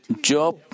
Job